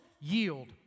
yield